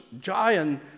giant